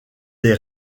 des